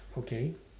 okay